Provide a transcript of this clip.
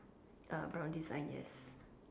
uh brown design yes